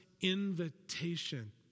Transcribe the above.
invitation